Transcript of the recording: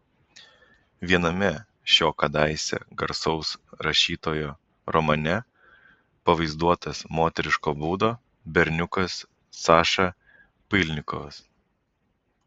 viename šio kadaise garsaus rašytojo romane pavaizduotas moteriško būdo berniukas saša pylnikovas